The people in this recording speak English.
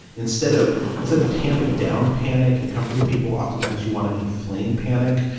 instead of instead of tamping down panic and comforting people, oftentimes you want to inflame panic,